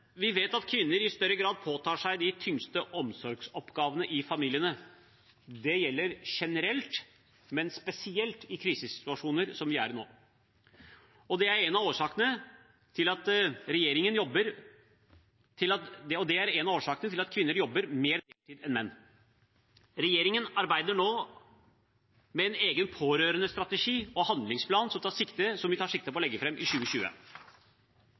Vi vet at kvinner i større grad påtar seg de tyngste omsorgsoppgavene i familiene. Det gjelder generelt, men spesielt i krisesituasjoner som vi er i nå. Det er en av årsakene til at kvinner jobber mer deltid enn menn. Regjeringen arbeider nå med en egen pårørendestrategi og handlingsplan, som vi tar sikte på å legge fram i 2020.